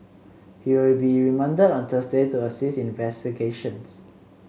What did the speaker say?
he will be remanded on Thursday to assist in investigations